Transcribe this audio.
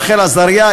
רחל עזריה,